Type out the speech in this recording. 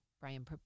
Brian